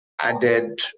added